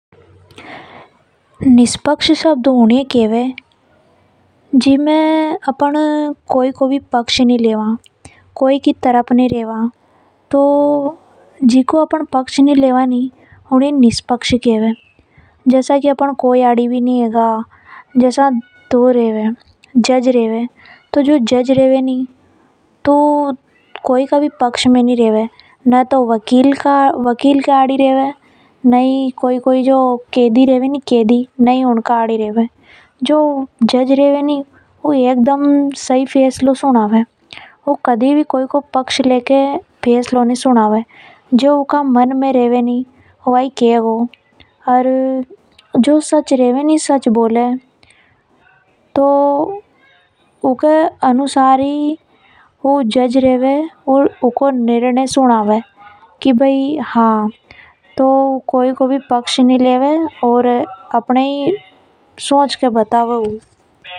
निष्पक्ष शब्द उन्हे केवे जिनमें अपन कोई को भी पक्ष नि रखा। कोई की तरफ नि रेवा तो जिको अपन पक्ष नि लेवा उन ये ही निष्पक्ष के वे। जसा की एक जज रेवे ऊ कोई का भी पक्ष में नि रेवे। न ही तो वकील की तरफ रेवे और न ही कैदी की तरफ जज एकदम सही फैसलों सुनआ वे। कदी भी कोई को पक्ष लेके फैसलों नि सुना वे जो ऊका मन में रेवे ऊ ही बात ए बताव है एनए ही निष्पक्ष के वे है।